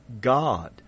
God